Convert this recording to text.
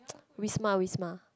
Wisma Wisma